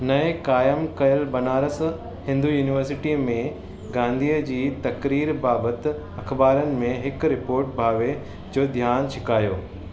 नईं क़ाइमु कयलु बनारस हिन्दू यूनीवर्सिटीअ में गांधीअ जी तक़रीर बाबति अख़बारुनि में हिकु रिपोर्ट भावे जो ध्यानु छिकायो